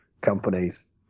companies